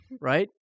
Right